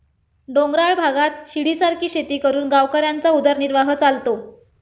डोंगराळ भागात शिडीसारखी शेती करून गावकऱ्यांचा उदरनिर्वाह चालतो